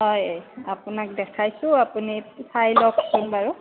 হয় আপোনাক দেখাইছোঁ আপুনি চাই লওকচোন বাৰু